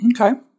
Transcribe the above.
Okay